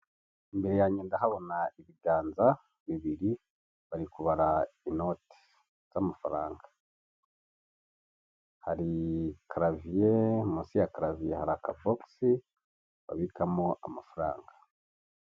Imbere yange ndahabona ibiganza bibiri bari kubara inoti z'amafaranga. Hari karaviye, munsi ya karaviye hari aka fokisi babikamo amafaranga.